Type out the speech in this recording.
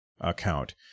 account